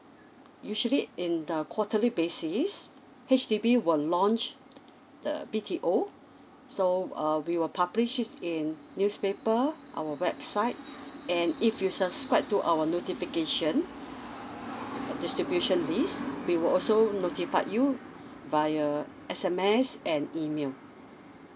usually in the quarterly basis H_D_B will launch the B_T_O old so err we will publish thus in newspaper our website and if you subscribe to our notification distribution list we will also notified you via S_M_S and email